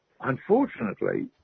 unfortunately